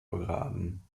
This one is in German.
begraben